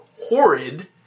horrid